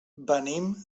venim